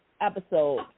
episode